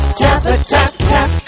tap-a-tap-tap